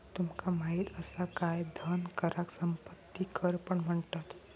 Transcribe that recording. तुमका माहित असा काय धन कराक संपत्ती कर पण म्हणतत?